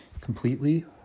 completely